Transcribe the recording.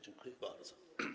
Dziękuję bardzo.